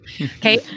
Okay